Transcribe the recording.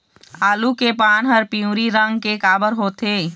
आलू के पान हर पिवरी रंग के काबर होथे?